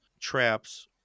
traps